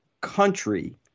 country